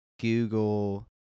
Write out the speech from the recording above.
Google